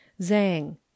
Zhang